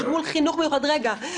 מול חינוך וכו',